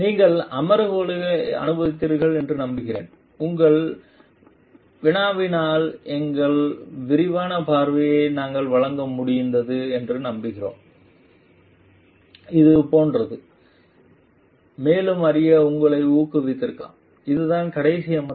நீங்கள் அமர்வுகளை அனுபவித்திருப்பீர்கள் என்று நம்புகிறேன்உங்கள் வினவல்களுக்கு எங்கள் விரிவான பார்வையை நாம் வழங்க முடிந்தது என்று நம்புகிறோம் இது போன்றது மேலும் அறிய உங்களை ஊக்குவித்திருக்கலாம் இதுதான் கடைசி அமர்வு